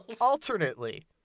Alternately